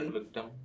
victim